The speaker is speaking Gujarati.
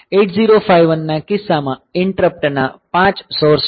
8051 ના કિસ્સામાં ઈંટરપ્ટ ના 5 સોર્સ છે